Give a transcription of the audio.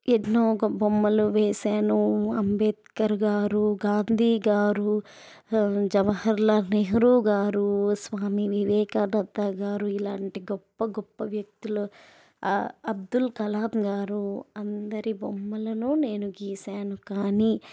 ఎన్నో గొప్ప బొమ్మలు వేసాను అంబేద్కర్ గారు గాంధీ గారు జవహర్ లాల్ నెహ్రు గారు స్వామి వివేకానంద గారు ఇలాంటి గొప్ప గొప్ప వ్యక్తులు అబ్దుల్ కలాం గారు అందరి బొమ్మలను నేను గీసాను కానీ